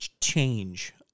change